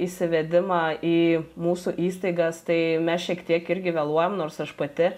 įsivedimą į mūsų įstaigas tai mes šiek tiek irgi vėluojam nors aš pati